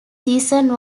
season